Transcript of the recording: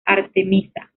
artemisa